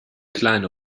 kleine